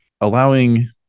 allowing